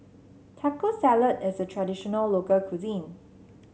Taco Salad is a traditional local cuisine